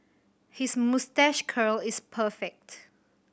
his moustache curl is perfect